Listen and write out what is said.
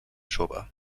jove